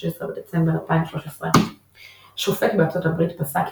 16 בדצמבר 2013 שופט בארה"ב פסק כי